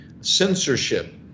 censorship